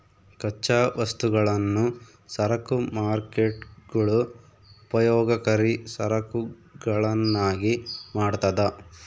ಕಚ್ಚಾ ವಸ್ತುಗಳನ್ನು ಸರಕು ಮಾರ್ಕೇಟ್ಗುಳು ಉಪಯೋಗಕರಿ ಸರಕುಗಳನ್ನಾಗಿ ಮಾಡ್ತದ